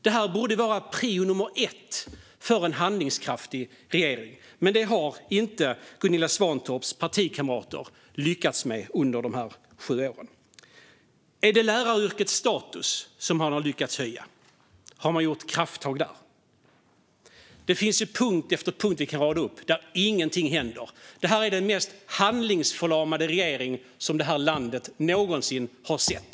Detta borde vara prio nummer ett för en handlingskraftig regering, men det har Gunilla Svantorps partikamrater inte lyckats med under de här sju åren. Har man lyckats höja läraryrkets status? Har man gjort krafttag där? Det finns punkt efter punkt som vi kan rada upp där ingenting händer. Detta är den mest handlingsförlamade regering som det här landet någonsin har sett.